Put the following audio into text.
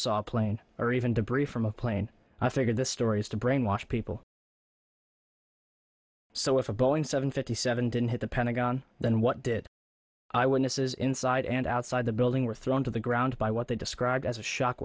saw a plane or even debris from a plane i figured the stories to brainwash people so if a boeing seven fifty seven didn't hit the pentagon then what did i witness is inside and outside the building were thrown to the ground by what they described as a